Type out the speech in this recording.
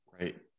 Right